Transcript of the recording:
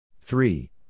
Three